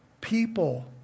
people